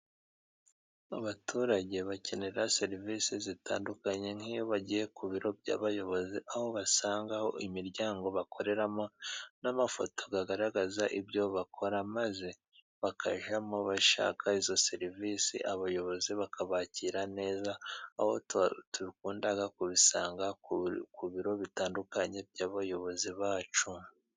Abaturage bakenera serivisi zitandukanye nk'iyo bagiye ku biro by'abayobozi ,aho basangaho imiryango bakoreramo n'amafoto agaragaza ibyo bakora maze bakajyamo bashaka izo serivisi ,abayobozi bakabakira neza aho tukunda kubisanga ku biro bitandukanye by'abayobozi bacu.